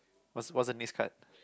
what's what's the next card